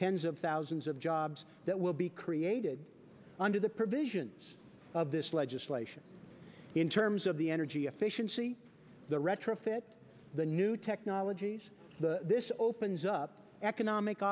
tens of thousands of jobs that will be created under the provisions of this legislation in terms of the energy efficiency the retrofit the new technologies this opens up economic